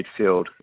midfield